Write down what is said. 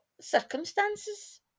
circumstances